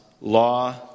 law